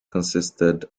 consisted